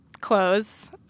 clothes